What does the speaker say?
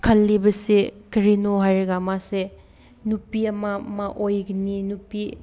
ꯈꯜꯂꯤꯕꯁꯤ ꯀꯔꯤꯅꯣ ꯍꯥꯏꯔꯒ ꯃꯥꯁꯦ ꯅꯨꯄꯤ ꯑꯃ ꯃꯑꯣꯏꯒꯤꯅꯤ ꯅꯨꯄꯤ